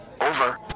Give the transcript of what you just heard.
Over